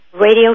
radio